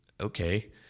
okay